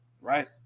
right